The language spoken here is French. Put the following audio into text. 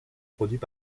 produits